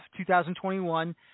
2021